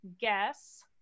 guess